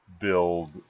build